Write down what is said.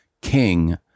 King